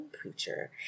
preacher